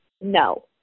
no